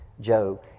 Job